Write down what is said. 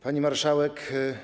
Pani Marszałek!